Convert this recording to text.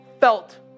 felt